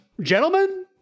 Gentlemen